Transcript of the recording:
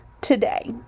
today